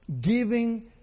giving